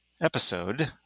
episode